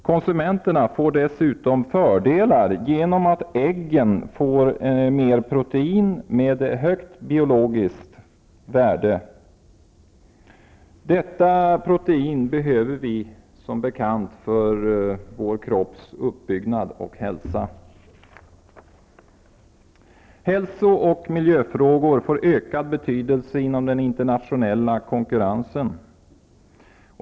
Konsumenterna får dessutom fördelar genom att äggen får mer protein med högt biologiskt värde. Vi behöver som bekant detta protein för vår kropps uppbyggnad och hälsa. Hälso och miljöfrågor får ökad betydelse inom den internationella konkurrensen.